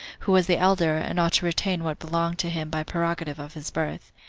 who was the elder, and ought to retain what belonged to him by prerogative of his birth.